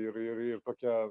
ir ir ir tokia